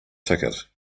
ticket